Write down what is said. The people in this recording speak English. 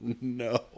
no